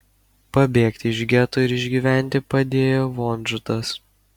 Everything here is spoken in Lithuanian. pabėgti iš geto ir išgyventi padėjo vonžutas